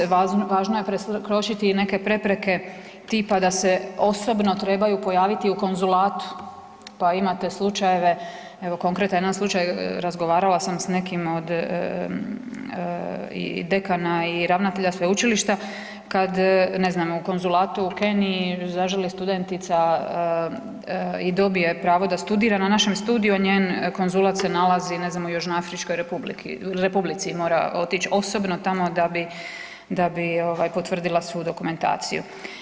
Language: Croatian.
Važno je preskočiti i neke prepreke tipa da se osobno trebaju pojaviti u konzulatu pa imate slučajeve, evo, konkretno jedan slučaj, razgovarala sam s nekim od i dekana i ravnatelja sveučilišta, kad, ne zna, u konzulatu u Keniji zaželi studentica i dobije pravo da studira na našem studiju, a njen konzulat se nalazi, ne znam, u Južnoafričkoj Republici i mora otić osobno tamo da bi potvrdila svu dokumentaciju.